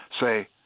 say